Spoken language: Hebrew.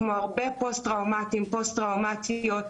כמו הרבה פוסט-טראומתיים ופוסט-טראומתיות,